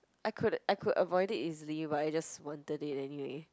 I could I could avoid it easily but I just wanted it anyway